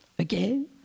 Again